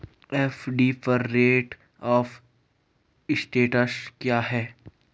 FD पर rate of interest क्या है?